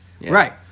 Right